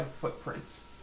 footprints